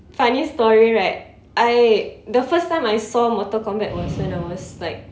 funny story right I the first time I saw Mortal Kombat was when I was like